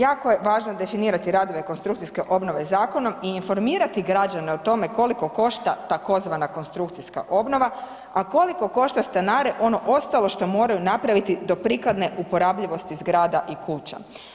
Jako je važno definirati radove konstrukcijske obnove zakonom i informirati građane o tome koliko košta tzv. konstrukcijska obnova, a koliko košta stanare ono ostalo što moraju napraviti do prikladne uporabljivosti zgrada i kuća.